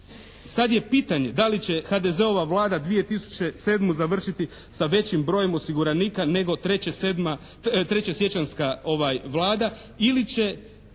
Sad je pitanje da li će HDZ-ova Vlada 2007. završiti sa većim brojem osiguranika nego trećesiječanjska Vlada ili će,